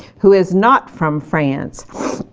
who is not from france.